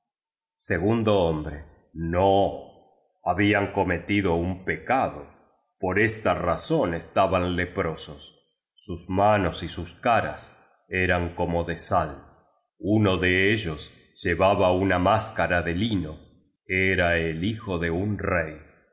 no hablan cometido un pecado por esta razón estaban leprosos sus manos y sus caras eran como de sal uno de ellos llevaba una máscara de lino era el hijo de un rey